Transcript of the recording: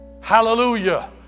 Hallelujah